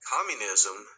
Communism